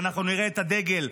ואנחנו נראה את הדגל.